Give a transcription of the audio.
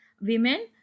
women